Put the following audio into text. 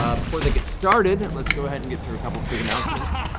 ah before that gets started, let's go ahead and get through a couple of quick announcements.